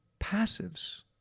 passives